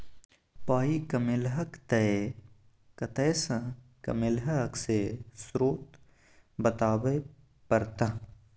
पाइ कमेलहक तए कतय सँ कमेलहक से स्रोत बताबै परतह